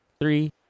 three